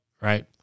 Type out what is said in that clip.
right